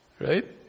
Right